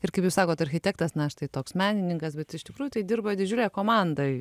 ir kaip jūs sakot architektas na štai toks menininkas bet iš tikrųjų tai dirba didžiulė komanda